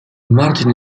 margine